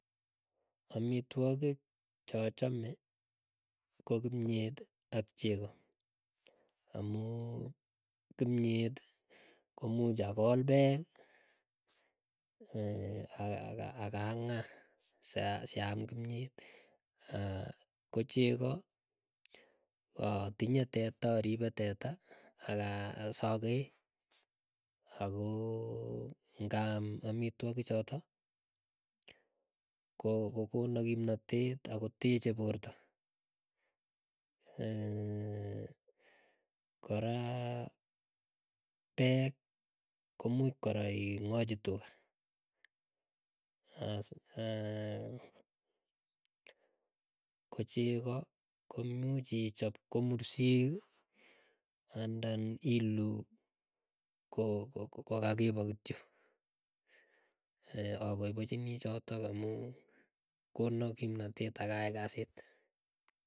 Amitwogik cho chame ko kimyet, ak chegoo amuu kimyeti komuch akol pegii akang'aa. Syaa aam kimyet aah ko chegoo atinye teta aripe teta, aka sokee akoo ngaam amitwoki chotok ko kokono kimnatet akoteche porta. kora peek komuuch kora tuga. Aas kochego koimuuch ichop mursiik, andan iluu ko kokakipoo kityok apaipachinii chotok amuu kono kimnotet akai kasiit.